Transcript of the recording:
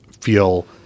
feel